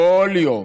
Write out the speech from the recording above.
כל יום,